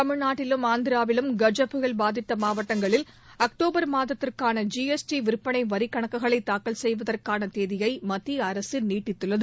தமிழ்நாட்டிலும் ஆந்திராவிலும் கஜ புயல் பாதித்த மாவட்டங்களில் அக்டோபர் மாதத்திற்கான ஜிஎஸ்டி விற்பனை வரிக்கணக்குகளை தாக்கல் செய்வதற்கான தேதியை மத்திய அரசு நீட்டித்துள்ளது